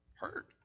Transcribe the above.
hurt